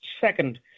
Second